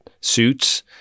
suits